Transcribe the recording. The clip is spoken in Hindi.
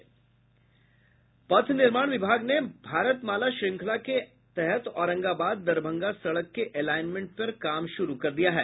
पथ निर्माण विभाग ने भारत माला श्रृंखला के तहत औरंगाबाद दरभंगा सड़क के एलायनमेंट पर काम शुरू कर दिया है